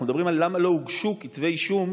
אנחנו מדברים על למה לא הוגשו כתבי אישום,